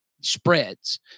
spreads